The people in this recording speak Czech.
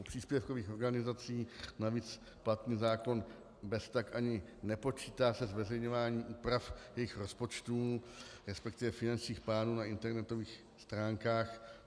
U příspěvkových organizací navíc platný zákon beztak ani nepočítá se zveřejňováním úprav jejich rozpočtů, resp. finančních plánů na internetových stránkách.